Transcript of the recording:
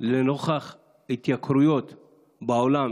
שלנוכח התייקרויות בעולם,